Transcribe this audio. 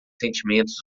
sentimentos